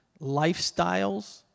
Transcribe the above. lifestyles